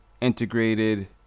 Integrated